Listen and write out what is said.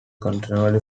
continually